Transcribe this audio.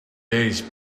days